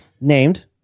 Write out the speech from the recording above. Named